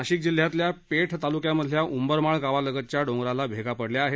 नाशिक जिल्ह्यातल्या पेठ तालुक्यामधल्या उंबरमाळ गावालगतच्या डोंगराला भेगा पडल्या आहेत